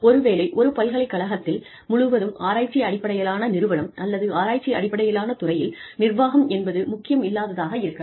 ஒருவேளை ஒரு பல்கலைக்கழகத்தில் முழுவதும் ஆராய்ச்சி அடிப்படையிலான நிறுவனம் அல்லது ஆராய்ச்சி அடிப்படையிலான துறையில் நிர்வாகம் என்பது முக்கியம் இல்லாததாக இருக்கலாம்